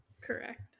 correct